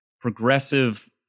progressive